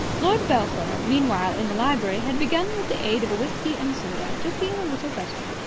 lord belpher, meanwhile, in the library, had begun with the aid of a whisky and soda to feel a little better.